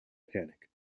panic